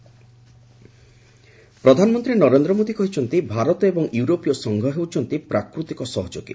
PM ଫଣ୍ଟଲେସ ପ୍ରଧାନମନ୍ତ୍ରୀ ନରେନ୍ଦ୍ର ମୋଦୀ କହିଛନ୍ତି ଭାରତ ଏବଂ ୟୁରୋପୀୟ ସଂଘ ହେଉଛନ୍ତି ପ୍ରାକୃତିକ ସହଯୋଗୀ